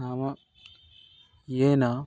नाम येन